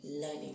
learning